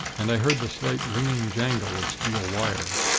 and i heard the slight, ringing jangle of steel wire.